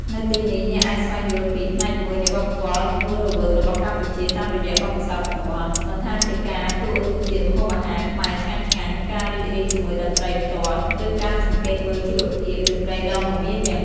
នៅទីនេះ អ្នកអាចស្វែងយល់ពី ផ្នែកមួយនៃវប្បធម៌រស់រវើករបស់កម្ពុជា តាមរយៈបទពិសោធន៍ផ្ទាល់ មិនថាជាការភ្លក្សរសជាតិម្ហូបអាហារខ្មែរឆ្ងាញ់ៗ ការរីករាយជាមួយតន្ត្រីផ្ទាល់ ឬការសង្កេតមើលជីវភាពរាត្រីដ៏មមាញឹក។